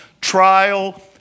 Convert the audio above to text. trial